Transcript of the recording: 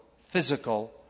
physical